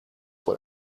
what